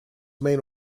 main